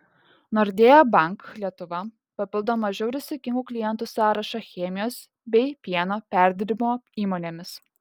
nordea bank lietuva papildo mažiau rizikingų klientų sąrašą chemijos bei pieno perdirbimo įmonėmis